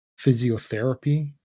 physiotherapy